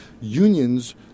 unions